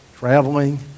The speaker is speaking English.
Traveling